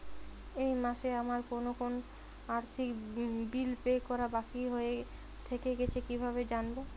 এই মাসে আমার কোন কোন আর্থিক বিল পে করা বাকী থেকে গেছে কীভাবে জানব?